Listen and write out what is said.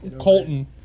Colton